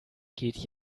geht